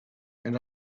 and